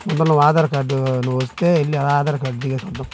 ముందు నువ్వు ఆధార్ కార్డు నువ్వు వస్తే వెళ్ళి ఆధార్ కార్డ్ దిగేసి వద్దాము